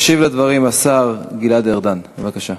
ישיב על הדברים השר גלעד ארדן, בבקשה.